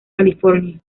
california